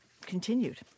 continued